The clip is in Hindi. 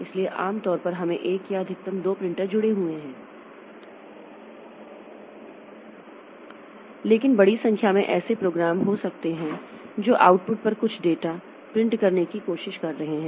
इसलिए आम तौर पर हमें 1 या अधिकतम 2 प्रिंटर जुड़े हुए हैं लेकिन बड़ी संख्या में ऐसे प्रोग्राम हो सकते हैं जो आउटपुट पर कुछ डेटा प्रिंट करने की कोशिश कर रहे हैं